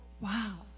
wow